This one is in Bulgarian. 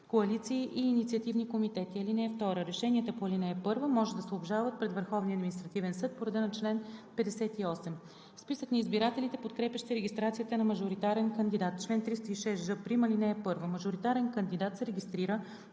коалиции и инициативни комитети. (2) Решенията по ал. 1 може да се обжалват пред Върховния административен съд по реда на чл. 58. Списък на избирателите, подкрепящи регистрацията на мажоритарен кандидат Чл. 306ж'. (1) Мажоритарен кандидат се регистрира,